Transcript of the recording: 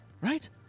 right